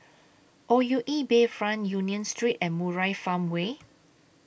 O U E Bayfront Union Street and Murai Farmway